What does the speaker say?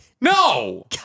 No